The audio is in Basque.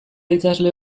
idazle